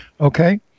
Okay